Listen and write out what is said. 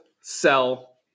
sell